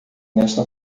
nessa